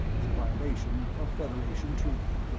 in violation of federation treaty.